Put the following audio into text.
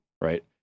right